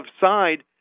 side